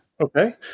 Okay